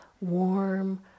warm